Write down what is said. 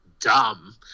Dumb